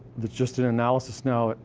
that's just an analysis now,